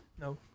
No